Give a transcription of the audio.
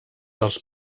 dels